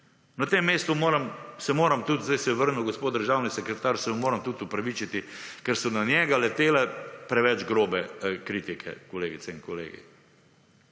Na tem mestu moram, se moram tudi, zdaj se je vrnil gospod državni sekretar, se mu moram tudi opravičiti, ker so na njega letele preveč grobe kritike, kolegice in kolegi.